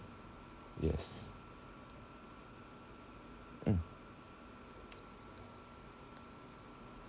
yes um